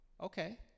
Okay